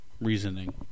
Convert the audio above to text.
reasoning